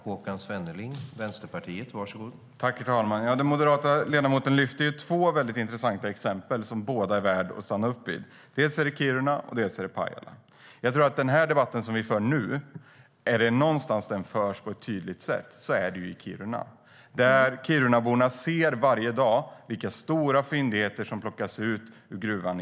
Herr ålderspresident! Den moderata ledamoten lyfter två väldigt intressanta exempel, som båda är värda att stanna upp vid. Det är dels Kiruna, dels Pajala. Är det någonstans denna debatt förs på ett tydligt sätt är det i Kiruna. Kirunaborna ser varje dag vilka stora fyndigheter som plockas ut ur gruvan.